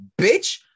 bitch